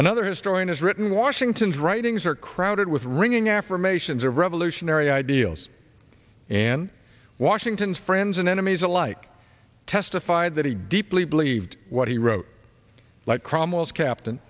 another historian has written washington's writings are crowded with ringing affirmations of revolutionary ideals and washington's friends and enemies alike testified that he deeply believed what he wrote like cromwell as captain